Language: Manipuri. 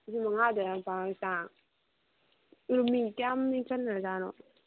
ꯂꯤꯁꯤꯡ ꯃꯉꯥꯗꯒꯤ ꯃꯤ ꯀꯌꯥꯝ ꯃꯤꯡ ꯆꯟꯅꯔ ꯖꯥꯠꯅꯣ